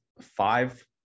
five